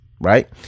Right